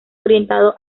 orientado